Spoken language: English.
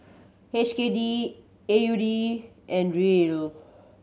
H K D A U D and Riel